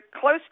close